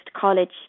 college